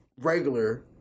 regular